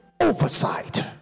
oversight